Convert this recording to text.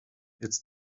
it’s